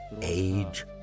age